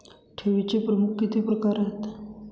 ठेवीचे प्रमुख किती प्रकार आहेत?